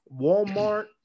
Walmart